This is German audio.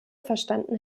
verstanden